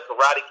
Karate